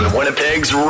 Winnipeg's